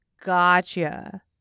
Gotcha